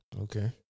Okay